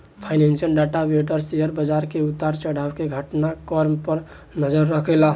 financial data vendor share बाजार के उतार चढ़ाव के घटना क्रम पर नजर रखेला